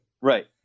Right